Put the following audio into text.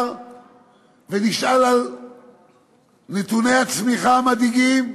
האוצר ונשאל על נתוני הצמיחה המדאיגים.